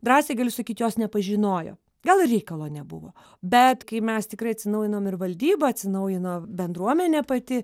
drąsiai galiu sakyt jos nepažinojo gal ir reikalo nebuvo bet kai mes tikrai atsinaujinom ir valdyba atsinaujino bendruomenė pati